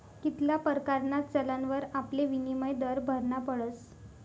कित्ला परकारना चलनवर आपले विनिमय दर भरना पडस